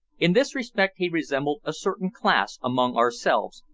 in this respect he resembled a certain class among ourselves,